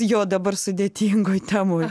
jo dabar sudėtingoj temoj